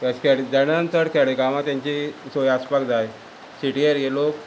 अशें केल्या चडान चड खेडेगांवांन तेंची सोय आसपाक जाय सिटी एरीये लोक